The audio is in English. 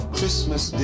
Christmas